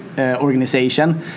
organization